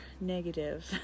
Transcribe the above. negative